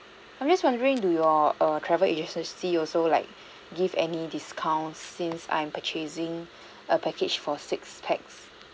I'm just wondering do your err travel agency also like give any discount since I'm purchasing a package for six pax